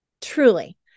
truly